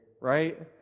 right